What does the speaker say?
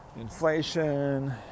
inflation